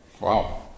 Wow